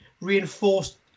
reinforced